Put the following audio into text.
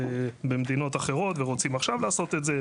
במדינות אחרות ורוצים עכשיו לעשות את זה.